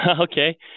Okay